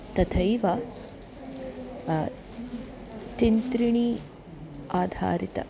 तथैव तिन्त्रिणी आधारितानि